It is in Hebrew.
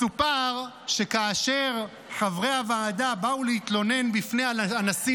מסופר שכאשר חברי הוועדה באו להתלונן לפני הנשיא